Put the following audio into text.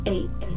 Eight